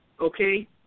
okay